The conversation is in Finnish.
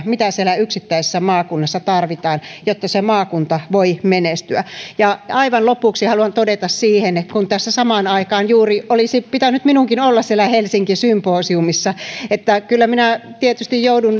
mitä siellä yksittäisessä maakunnassa tarvitaan jotta se maakunta voi menestyä ja aivan lopuksi haluan todeta siihen kun tässä samaan aikaan juuri olisi pitänyt minunkin olla siellä helsinki symposiumissa että kyllä minä tietysti joudun